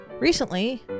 Recently